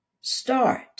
Start